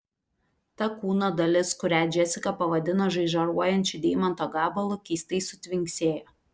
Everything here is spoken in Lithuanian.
ta kūno dalis kurią džesika pavadino žaižaruojančiu deimanto gabalu keistai sutvinksėjo